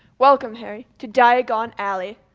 welcome, harry, to diagon alley.